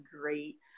great